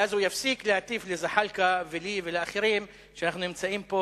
ואז הוא יפסיק להטיף לזחאלקה ולי ולאחרים שאנחנו נמצאים פה